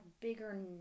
bigger